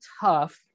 tough